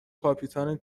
کاپیتان